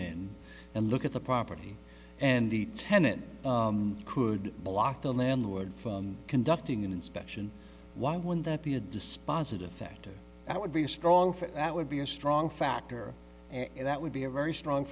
in and look at the property and the tenant could block the landlord from conducting an inspection why would that be a dispositive factor that would be a strong fit that would be a strong factor and that would be a very strong